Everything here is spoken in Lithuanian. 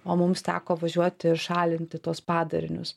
o mums teko važiuoti ir šalinti tuos padarinius